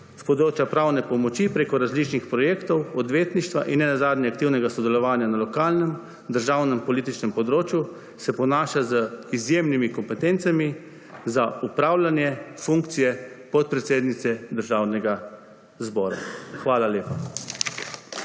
področja pravne pomoči prek različnih projektov, odvetništva in ne nazadnje aktivnega sodelovanja na lokalnem, državnem političnem področju se ponaša z izjemnimi kompetencami za opravljanje funkcije podpredsednice Državnega zbora. Hvala lepa.